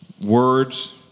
words